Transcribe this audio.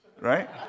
right